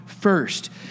first